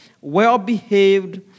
well-behaved